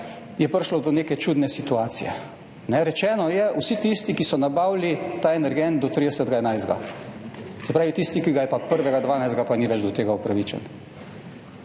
je prišlo do neke čudne situacije. Rečeno je, vsi tisti, ki so nabavili ta energent do 30. 11., se pravi, tisti, ki ga je pa 1. 12., pa ni več do tega upravičen.